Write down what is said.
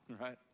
Right